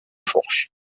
fourche